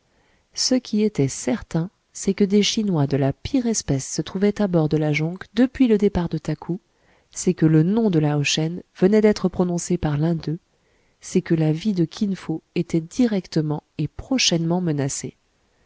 ce qui était certain c'est que des chinois de la pire espèce se trouvaient à bord de la jonque depuis le départ de takou c'est que le nom de lao shen venait d'être prononcé par l'un d'eux c'est que la vie de kin fo était directement et prochainement menacée